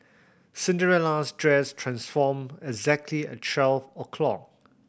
Cinderella's dress transformed exactly at twelve o' clock